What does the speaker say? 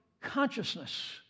consciousness